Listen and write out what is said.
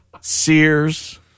Sears